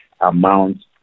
amount